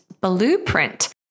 blueprint